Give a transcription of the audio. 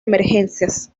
emergencias